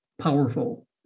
powerful